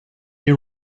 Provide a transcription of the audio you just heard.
you